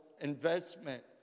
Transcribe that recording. investment